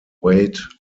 wait